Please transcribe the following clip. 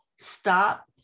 stop